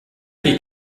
les